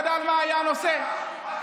אבל זה לא היה בקטע גזעני.